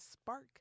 spark